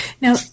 now